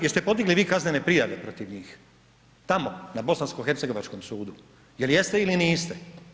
Jeste podigli vi kaznene prijave protiv njih, tamo na bosansko-hercegovačkom sudu, jel jeste ili niste?